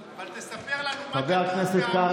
אבל תספר לנו מה כתוב בעמ' 122. חבר הכנסת קרעי,